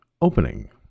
opening